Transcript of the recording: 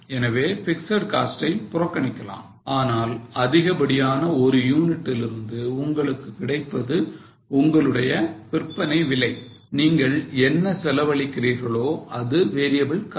எனவே fixed cost ஐ புறக்கணிக்கலாம் ஆனால் அதிகப்படியான ஒரு யூனிட்டிலிருந்து உங்களுக்கு கிடைப்பது உங்களுடைய விற்பனை விலை நீங்கள் என்ன செலவழிக்கிறீர்களோ அது variable cost